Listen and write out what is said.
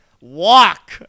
walk